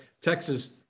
Texas